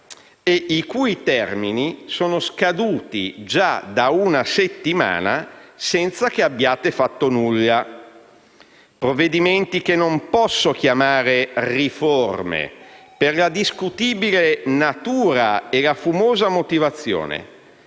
e i cui termini sono scaduti già da una settimana senza che abbiate fatto nulla. Si tratta di provvedimenti che non posso chiamare riforme, per la discutibile natura e la fumosa motivazione;